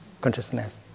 consciousness